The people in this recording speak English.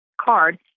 card